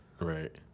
Right